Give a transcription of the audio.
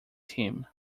team